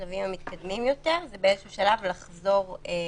את אותם אזורים בארץ שעדיין נשארו אדומים.